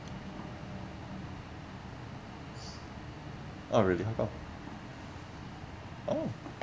oh really how come oh